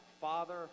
Father